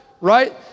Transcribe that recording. right